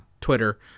Twitter